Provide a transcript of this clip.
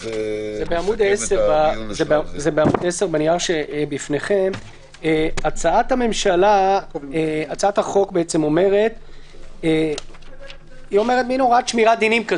זה בעמ' 10. הצעת החוק אומרת מין הוראת שמירת דינים: